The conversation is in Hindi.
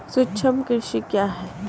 सूक्ष्म कृषि क्या है?